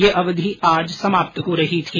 यह अवधि आज समाप्त हो रही थी